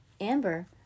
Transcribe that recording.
Amber